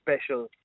special